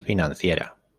financiera